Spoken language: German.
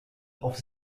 auf